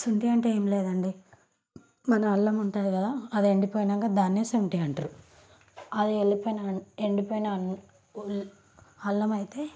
శొంఠి అంటే ఏం లేదండి మన అల్లం ఉంటుంది కదా అది ఎండిపోయాక దానినే శొంఠి అంటారు అది వెళ్ళిపోయిన ఎండిపోయిన అల్లము అయితే